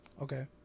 Okay